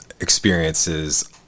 experiences